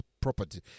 property